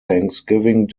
thanksgiving